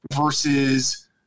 versus